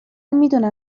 میدونم